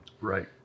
Right